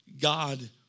God